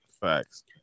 facts